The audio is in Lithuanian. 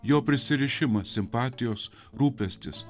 jo prisirišimas simpatijos rūpestis